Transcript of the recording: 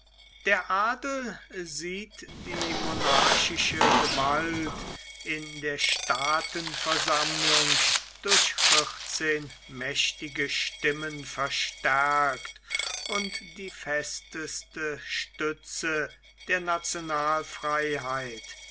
der adel sieht die monarchische gewalt in der staatenversammlung durch vierzehn mächtige stimmen verstärkt und die festeste stütze der